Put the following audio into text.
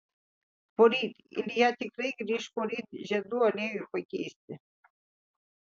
poryt ilja tikrai grįš poryt žiedų aliejui pakeisti